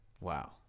Wow